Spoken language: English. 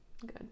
Good